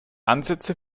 ansätze